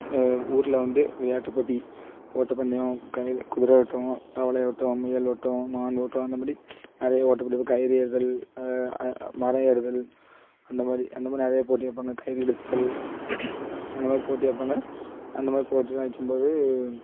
ஊர்ல வந்து விளையாட்டுப்போட்டி ஓட்டப்பந்தயம் கயிறு குதிரை ஓட்டம் தவளை ஓட்டம் முயல் ஓட்டம் மான் ஓட்டம் அந்த மாதிரி நிறைய ஓட்டப்போட்டி இப்போ கயிறு ஏறுதல் மரம் ஏறுதல் அந்த மாதிரி அந்த மாதிரி நிறைய போட்டி வைப்பாங்க கயிறு இழுத்தல் அந்த மாதிரி போட்டி வைப்பாங்க அந்த மாதிரி போட்டிலாம் வைக்கும்போது